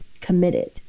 committed